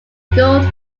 gold